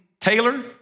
Taylor